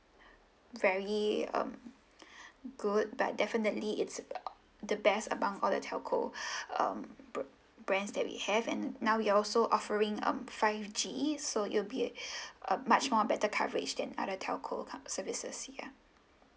very um good but definitely it's uh the best among all the telco um br~ brands that we have and now we are also offering um five G so it'll be um much more better coverage and other telco comp services ya